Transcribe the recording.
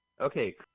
Okay